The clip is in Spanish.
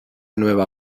nueva